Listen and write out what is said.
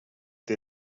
der